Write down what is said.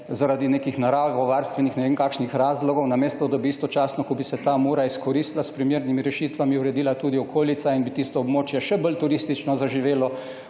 zaradi nekih naravovarstvenih ne vem kakšnih razlogov, namesto da bi se istočasno, ko bi se ta Mura izkoristila, s primernimi rešitvami uredila tudi okolica in bi tisto območje še bolj turistično zaživelo.